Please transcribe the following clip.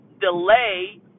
delay